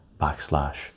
backslash